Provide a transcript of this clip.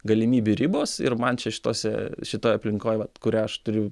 galimybių ribos ir man čia šitose šitoj aplinkoj vat kurią aš turiu